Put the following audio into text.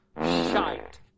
Shite